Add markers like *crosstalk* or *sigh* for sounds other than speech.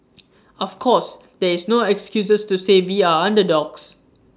*noise* of course there is no excuses to say we are underdogs